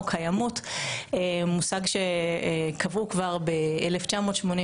או קיימות הוא מושג שקבעו כבר ב-1988,